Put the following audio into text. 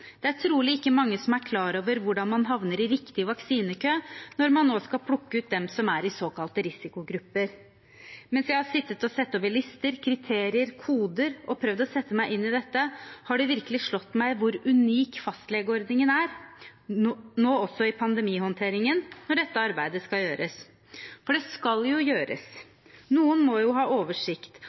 Det er trolig ikke mange som er klar over hvordan man havner i "riktig" vaksinekø, når man nå skal plukke ut dem som er i såkalte risikogrupper.» Videre skrev hun: «Mens jeg har sittet og sett over lister, kriterier, koder og prøvd å sette meg inn i dette, har det virkelig slått meg hvor unik fastlegeordningen er, også nå i pandemihåndteringen, når dette arbeidet skal gjøres. For det skal jo gjøres! Noen må jo ha oversikt